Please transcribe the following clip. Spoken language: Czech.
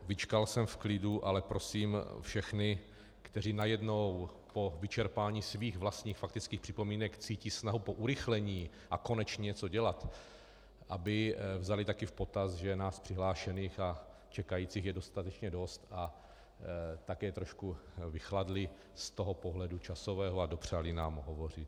Vyčkal jsem v klidu, ale prosím všechny, kteří najednou po vyčerpání svých vlastních faktických připomínek cítí snahu po urychlení a konečně něco dělat, aby vzali taky v potaz, že nás přihlášených a čekajících je dostatečně dost, a také trošku vychladli z toho časového pohledu a dopřáli nám hovořit.